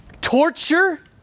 torture